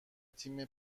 تیم